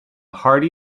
hearty